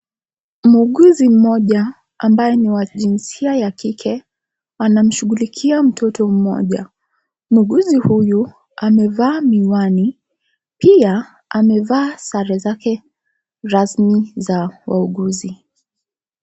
Muuguzi mmoja, ambaye ni wa jinsia wa kike, anamshughulikia mtoto mmoja. Muuguzi huyu amevaa miwani, pia amevaa sare zake rasmi za wauguzi.